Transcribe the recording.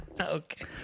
Okay